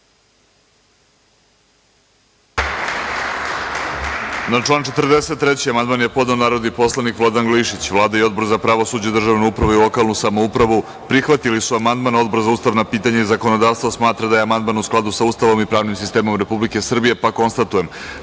Na član 43. amandman je podneo narodni poslanik Vladan Glišić. Vlada i Odbor za pravosuđe, državnu upravu i lokalnu samoupravu prihvatili su amandman, a Odbor za ustavna pitanja i zakonodavstvo smatra da je amandman u skladu sa Ustavom i pravnim sistemom Republike Srbije, pa konstatujem